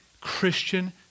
Christian